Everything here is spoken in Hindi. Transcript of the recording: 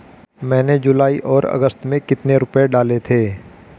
मैंने जुलाई और अगस्त में कितने रुपये डाले थे?